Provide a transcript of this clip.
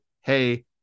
Hey